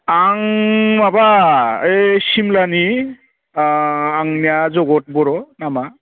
आं माबा ओइ सिमलानि आंनिया जगत बर' नामा